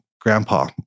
grandpa